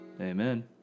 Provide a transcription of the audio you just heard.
Amen